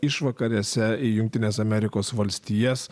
išvakarėse į jungtines amerikos valstijas